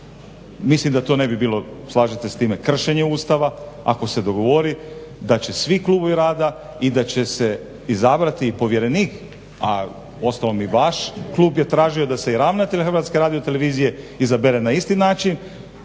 Mislim da to ne bi bilo slažete se s time kršenje Ustava ako se dogovori da će svi klubovi rada i da će se izabrati povjerenik a uostalom i vaš klub je tražio da se i ravnatelj HRT-a izabere na isti način.